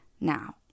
now